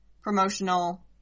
promotional